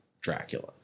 Dracula